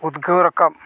ᱩᱫᱽᱜᱟᱹᱣ ᱨᱟᱠᱟᱵ